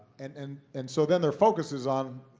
and and and so then their focus is on,